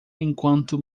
enquanto